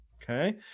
Okay